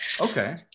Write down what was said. okay